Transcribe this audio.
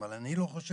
אבל אני לא חושב